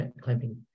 clamping